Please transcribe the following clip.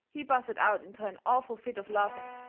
he busted out into an awful fit of laughing,